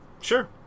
Sure